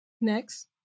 next